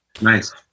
Nice